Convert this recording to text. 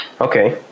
Okay